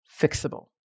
fixable